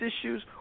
issues